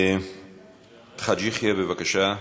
חאג' יחיא, בבקשה.